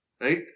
Right